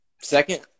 Second